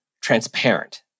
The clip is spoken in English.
transparent